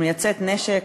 מייצאת נשק,